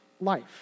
life